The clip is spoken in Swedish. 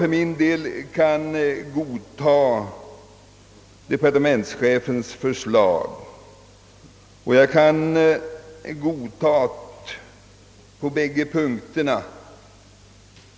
För min del kan jag acceptera departementsehefens förslag på båda punkterna.